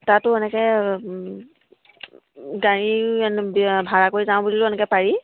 তাতো এনেকৈ গাড়ী ভাড়া কৰি যাওঁ বুলিলেও এনেকৈ পাৰি